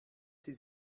sie